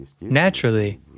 Naturally